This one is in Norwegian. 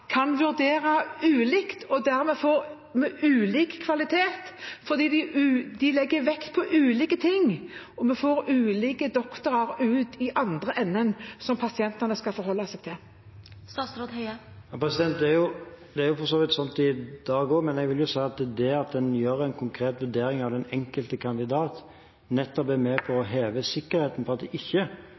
kan vurdere ulikt, og at man dermed kan få ulik kvalitet, fordi de legger vekt på ulike ting, og vi får ulike doktorer ut i andre enden, som pasientene skal forholde seg til? Det er for så vidt sånn i dag også, men jeg vil si at det at en gjør en konkret vurdering av den enkelte kandidat, er nettopp med på å heve sikkerheten for at det ikke